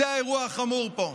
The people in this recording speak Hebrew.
הוא האירוע החמור פה.